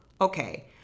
Okay